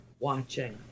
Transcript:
watching